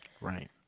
Right